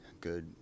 good